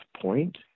Point